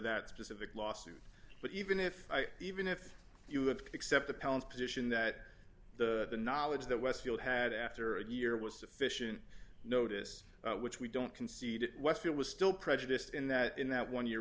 that specific lawsuit but even if i even if you have to accept the palace position that the knowledge that westfield had after a year was sufficient notice which we don't concede west it was still prejudice in that in that one year